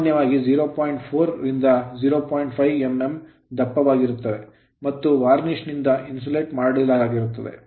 5 mm millimetre ದಪ್ಪವಾಗಿರುತ್ತವೆ ಮತ್ತು varnish varnish ನಿಂದ insulate ಇನ್ಸುಲೇಟ್ ಆಗಿರುತ್ತವೆ